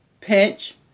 pinch